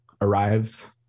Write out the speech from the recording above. arrives